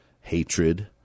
hatred